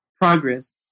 progress